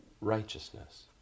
righteousness